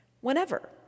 Whenever